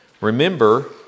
Remember